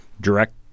direct